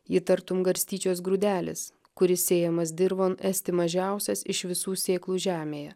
ji tartum garstyčios grūdelis kuris sėjamas dirvon esti mažiausias iš visų sėklų žemėje